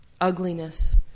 ugliness